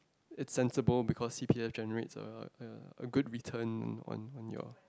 it's sensible because c_p_f generates a a a good return on on your